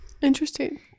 Interesting